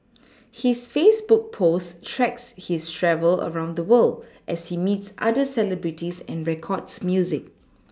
his Facebook posts track his travels around the world as he meets other celebrities and records music